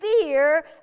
fear